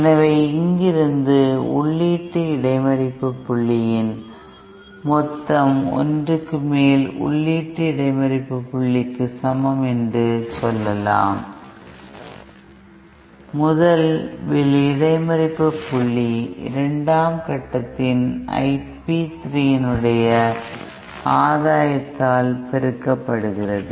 எனவே இங்கிருந்து உள்ளீட்டு இடைமறிப்பு புள்ளியின் மொத்தம் 1 க்கு மேல் உள்ளீட்டு இடைமறிப்பு புள்ளிக்கு சமம் என்று சொல்லலாம் முதல் வில இடைமறிப்பு புள்ளி இரண்டாம் கட்டத்தின் IP3 இனுடைய ஆதாயத்தால் பெருக்கப்படுகிறது